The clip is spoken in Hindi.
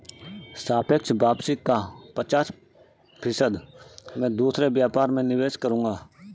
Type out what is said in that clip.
सापेक्ष वापसी का पचास फीसद मैं दूसरे व्यापार में निवेश करूंगा